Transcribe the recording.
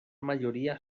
mayoría